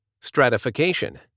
stratification